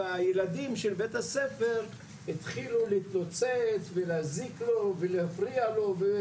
והילדים בבית הספר התחילו להתלוצץ ולהזיק לו ולהפריע לו.